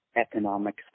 economic